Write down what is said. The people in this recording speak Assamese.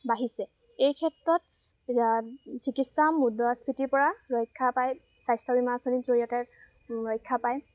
বাঢ়িছে এই ক্ষেত্ৰত চিকিৎসা মুদ্ৰাস্ফীতিৰপৰা ৰক্ষা পায় স্বাস্থ্য বীমাৰ আঁচনিৰ জৰিয়তে ৰক্ষা পায়